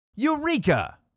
Eureka